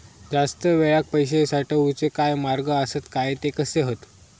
जास्त वेळाक पैशे साठवूचे काय मार्ग आसत काय ते कसे हत?